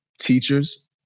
teachers